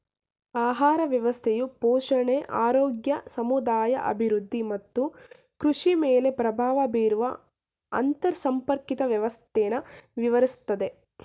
ಆಹಾರ ವ್ಯವಸ್ಥೆಯು ಪೋಷಣೆ ಆರೋಗ್ಯ ಸಮುದಾಯ ಅಭಿವೃದ್ಧಿ ಮತ್ತು ಕೃಷಿಮೇಲೆ ಪ್ರಭಾವ ಬೀರುವ ಅಂತರ್ಸಂಪರ್ಕಿತ ವ್ಯವಸ್ಥೆನ ವಿವರಿಸ್ತದೆ